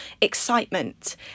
excitement